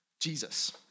Jesus